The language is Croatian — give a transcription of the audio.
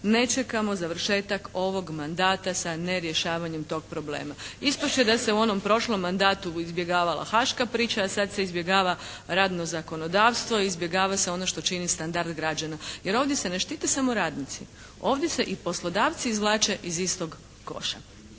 ne čekamo završetak ovog mandata sa nerješavanjem tog problema. Ispast će da se u onom prošlom mandatu izbjegavala Haška priča, a sad se izbjegava radno zakonodavstvo. Izbjegava se ono što čini standard građana. Jer ovdje se ne štite samo radnici. Ovdje se i poslodavci izvlače iz istog koša.